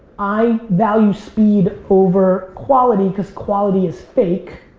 i value speed over quality cause quality is fake